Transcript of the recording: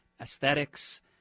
aesthetics